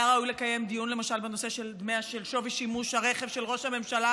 היה ראוי למשל לקיים דיון בנושא של שווי השימוש ברכב של ראש הממשלה,